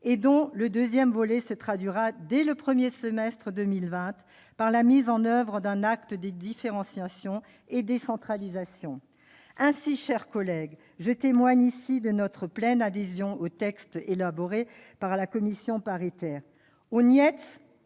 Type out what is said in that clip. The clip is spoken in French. et dont le deuxième volet se traduira, dès le premier semestre de 2020, par la mise en oeuvre d'un acte de différenciation et de décentralisation. Ainsi, mes chers collègues, je témoigne ici de notre pleine adhésion au texte élaboré par la commission mixte paritaire.